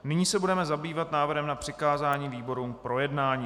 Nyní se budeme zabývat návrhem na přikázání výborům k projednání.